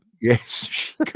Yes